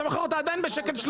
אתה מוכר אותה עדיין ב-1.30 ₪.